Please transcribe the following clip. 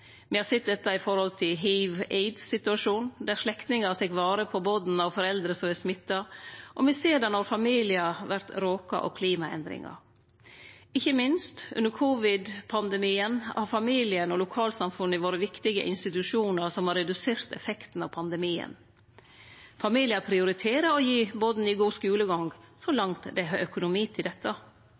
Me har sett dette i hiv og aids-situasjonen, der slektningar tek vare på born og foreldre som er smitta, og me ser det når familiar vert råka av klimaendringar. Ikkje minst under covid-19-pandemien har familien og lokalsamfunna vore viktige institusjonar som har redusert effekten av pandemien. Familiar prioriterer å gi born god skulegang, så langt dei har økonomi til dette.